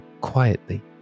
quietly